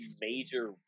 major